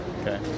Okay